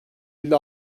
elli